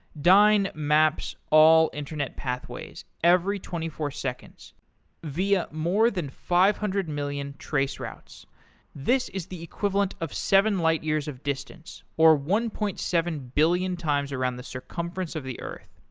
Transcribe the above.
dyn maps all internet pathways every twenty four seconds via more than five hundred million traceroutes. this is the equivalent of seven light years of distance, or one point seven billion times around the circumference of the earth.